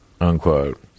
unquote